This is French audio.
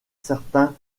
certains